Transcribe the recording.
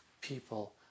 people